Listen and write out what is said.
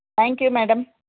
thank you madam